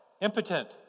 impotent